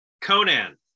Conan